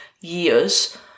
years